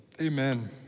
Amen